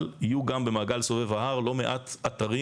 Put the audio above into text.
אבל יהיו גם במעגל סובב ההר לא מעט אתרים